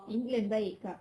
england baik kak